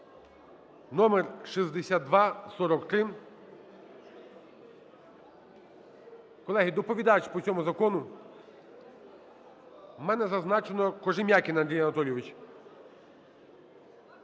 (№ 6243). Колеги, доповідачем по цьому закону в мене зазначено Кожем'якін Андрій Анатолійович.